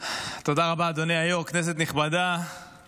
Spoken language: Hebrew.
הזה, על